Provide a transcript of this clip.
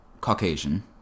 Caucasian